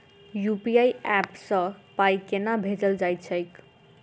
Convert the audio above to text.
UPI app सँ पाई केना भेजल जाइत छैक?